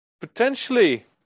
Potentially